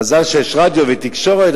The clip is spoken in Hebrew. מזל שיש רדיו ותקשורת,